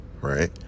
Right